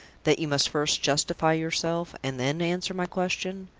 that you must first justify yourself, and then answer my question?